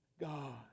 God